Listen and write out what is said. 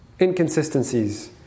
inconsistencies